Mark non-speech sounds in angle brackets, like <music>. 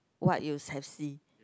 what you <noise> have see